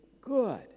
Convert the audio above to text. good